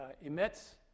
emits